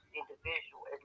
individual